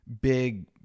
big